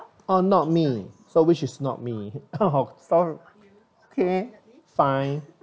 oh not me so which is not me sorry okay fine